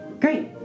great